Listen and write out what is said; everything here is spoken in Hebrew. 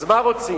אז מה רוצים?